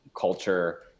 culture